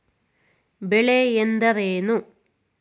ಬೆಳೆ ಎಂದರೇನು?